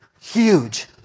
huge